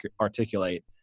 articulate